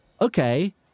okay